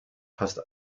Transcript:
fast